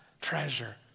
treasure